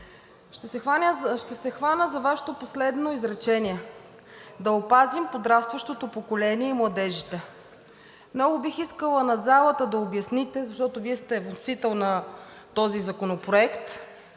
Ще се хвана за Вашето последно изречение: „да опазим подрастващото поколение и младежите“. Много бих искала на залата да обясните, защото Вие сте вносител на този законопроект,